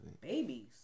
Babies